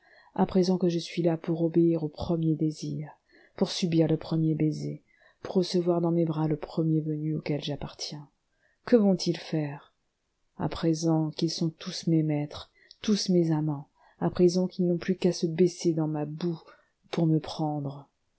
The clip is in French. à présent que je suis là pour obéir au premier désir pour subir le premier baiser pour recevoir dans mes bras le premier venu auquel j'appartiens que vont-ils faire à présent qu'ils sont tous mes maîtres tous mes amants à présent qu'ils n'ont plus qu'à se baisser dans ma boue pour me prendre